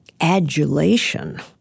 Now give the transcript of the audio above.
adulation